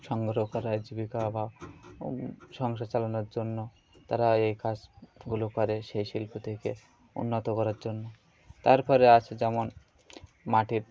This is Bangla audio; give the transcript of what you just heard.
সংগ্রহ করার জীবিকা বা সংসার চালনোর জন্য তারা এই কাজগুলো করে সেই শিল্প থেকে উন্নত করার জন্য তারপরে আছে যেমন মাটির